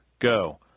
Go